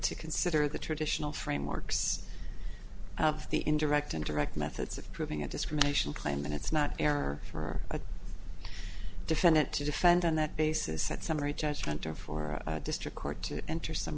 to consider the traditional frameworks of the indirect interact methods of proving a discrimination claim and it's not fair for a defendant to defend on that basis that summary judgment or for district court to enter s